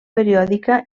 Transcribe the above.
periòdica